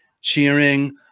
cheering